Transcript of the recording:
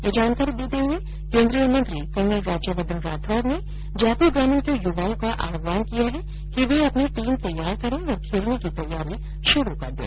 ये जानकारी देते हुए केन्द्रीय मंत्री कर्नल राज्यवर्धन राठौड़ ने जयपुर ग्रामीण के युवाओं का आह्वान किया है कि वे अपनी टीम तैयार करें और खेलने की तैयारी शुरू कर दें